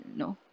no